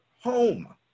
home